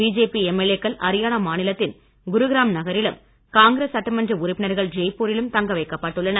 BJP MLA க்கள் அரியானா மாநிலத்தின் குருகிராம் நகரிலும் காங்கிரஸ் சட்டமன்ற உறுப்பினர்கள் ஜெய்பூரிலும் தங்க வைக்கப்பட்டுள்ளனர்